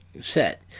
set